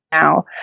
now